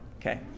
Okay